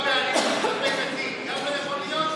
מי שנאשם בעבר באלימות כלפי, גם לא יכול להיות?